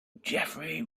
jeffery